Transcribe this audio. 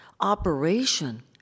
operation